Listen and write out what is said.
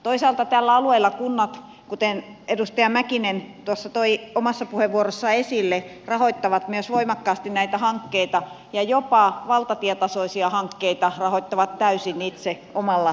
toisaalta tällä alueella kunnat kuten edustaja mäkinen tuossa toi omassa puheenvuorossaan esille rahoittavat myös voimakkaasti näitä hankkeita ja jopa valtatietasoisia hankkeita rahoittavat täysin itse omalla rahallaan